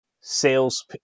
sales